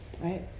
Right